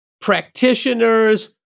practitioners